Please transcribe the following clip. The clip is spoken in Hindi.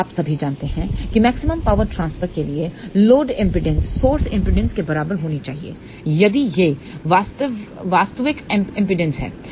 तो आप सभी जानते हैं कि मैक्सिमम पावर ट्रांसफर के लिए लोड एमपीडांस सोर्स एमपीडांस के बराबर होनी चाहिए यदि यह वास्तविक एमपीडांस है